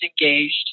engaged